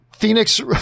phoenix